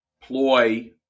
ploy